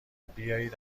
بیایید